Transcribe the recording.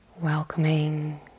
Welcoming